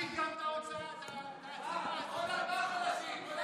אני שואלת אתכם איך בכלל אפשר לחשוב על כסף באירועים כאלה,